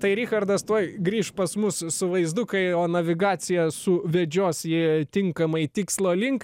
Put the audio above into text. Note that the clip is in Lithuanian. tai richardas tuoj grįš pas mus su vaizdu kai jo navigacija su vedžios jį tinkamai tikslo link